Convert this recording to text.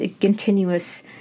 continuous